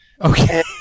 Okay